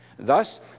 Thus